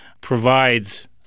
provides